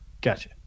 Gotcha